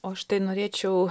o aš tai norėčiau